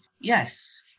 yes